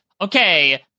okay